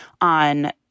on